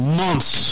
months